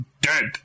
Dead